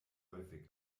häufig